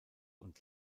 und